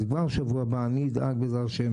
אז כבר שבוע הבא אני אדאג בעזרת השם